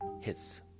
hits